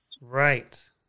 right